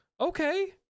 Okay